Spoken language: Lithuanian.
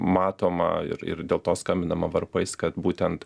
matoma ir ir dėl to skambinama varpais kad būtent